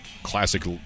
classic